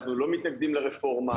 אנחנו לא מתנגדים לרפורמה,